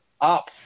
up